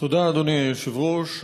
תודה, אדוני היושב-ראש.